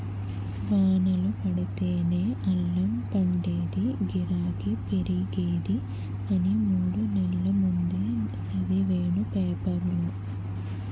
వానలు పడితేనే అల్లం పండేదీ, గిరాకీ పెరిగేది అని మూడు నెల్ల ముందే సదివేను పేపరులో